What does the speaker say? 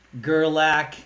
Gerlach